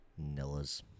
Nillas